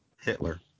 Hitler